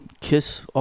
kiss